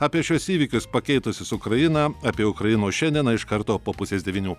apie šiuos įvykius pakeitusius ukrainą apie ukrainos šiandieną iš karto po pusės devynių